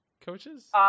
coaches